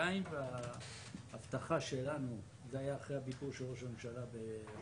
האמריקאי וההבטחה שלנו זה היה אחרי הביקור של ראש הממשלה בוושינגטון.